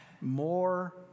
more